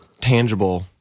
tangible